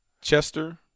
Chester